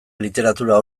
literatura